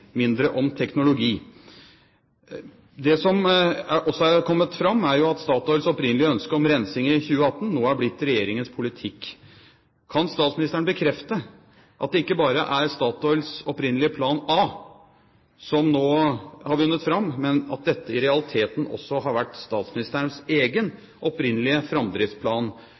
mindre om teknologi. Det som også er kommet fram, er jo at Statoils opprinnelige ønske om rensing i 2018 nå er blitt Regjeringens politikk. Kan statsministeren bekrefte at det ikke bare er Statoils opprinnelige plan A som nå har vunnet fram, men at dette i realiteten også har vært statsministerens egen opprinnelige framdriftsplan,